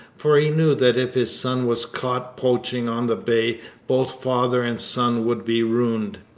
for he knew that if his son was caught poaching on the bay both father and son would be ruined.